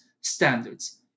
standards